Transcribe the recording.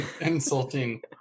insulting